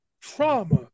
trauma